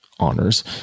honors